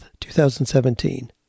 2017